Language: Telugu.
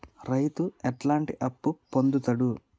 రైతు ఎట్లాంటి అప్పు పొందుతడు?